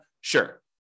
Sure